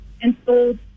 installed